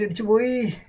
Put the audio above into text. and three